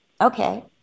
Okay